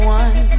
one